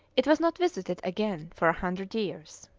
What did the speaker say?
it was not visited again for a hundred years.